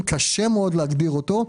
קשה מאוד להגדיר אותו.